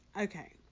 Okay